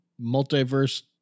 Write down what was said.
multiverse